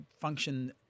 function